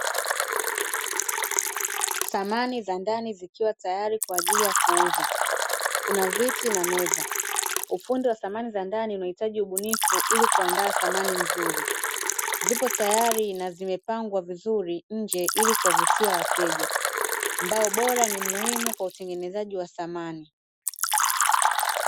Samani za ndani zikiwa tayari kwa ajili ya kuuza, kuna viti na meza. Ufundi wa samani za ndani unahitaji ubunifu ili kuandaa samani nzuri; zipo tayari na zimepangwa vizuri nje ili kuwavutia wateja, ambao ubora ni muhimu kwa utengenezaji wa samani.